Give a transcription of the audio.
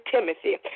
Timothy